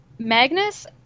Magnus